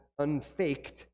unfaked